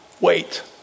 wait